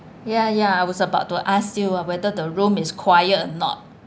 ya ya I was about to ask you whether the room is quiet or not